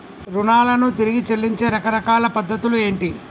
రుణాలను తిరిగి చెల్లించే రకరకాల పద్ధతులు ఏంటి?